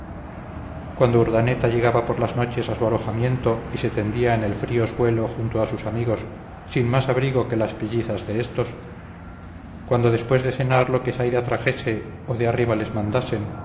cuando urdaneta llegaba por las noches a su alojamiento y se tendía en el frío suelo junto a sus amigos sin más abrigo que las pellizas de estos cuando después de cenar lo que zaida trajese o de arriba les mandasen